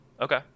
Okay